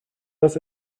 das